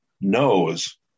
knows